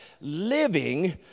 living